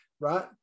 right